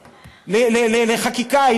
לחקיקה.